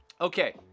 Okay